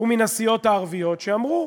והסיעות הערביות, שאמרו,